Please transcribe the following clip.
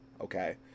okay